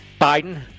Biden